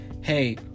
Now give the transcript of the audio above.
Hey